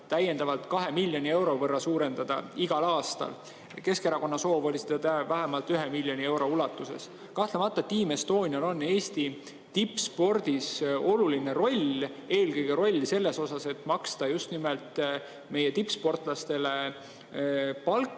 ligemale 2 miljoni euro võrra suurendada igal aastal. Keskerakonna soov oli seda teha vähemalt 1 miljoni euro ulatuses. Kahtlemata Team Estonial on Eesti tippspordis oluline roll, eelkõige roll selles osas, et maksta just nimelt meie tippsportlastele palka.